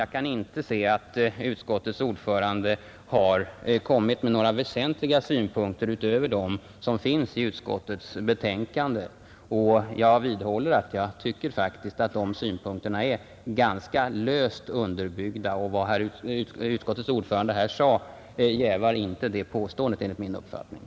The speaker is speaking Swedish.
Jag kan inte se att utskottets ordförande har anfört några väsentliga synpunkter utöver dem som finns i utskottsbetänkandet, och jag vidhåller att jag tycker att de synpunkterna är ganska dåligt underbyggda, Vad utskottets ordförande här sade jävar enligt min mening inte den uppfattningen.